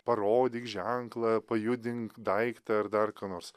parodyk ženklą pajudink daiktą ar dar ką nors